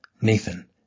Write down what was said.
Nathan